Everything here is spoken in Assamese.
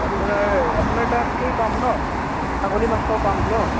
আপোনাৰ আপোনাৰ তাত সেই পাম ন ছাগলী মাংস পাম ন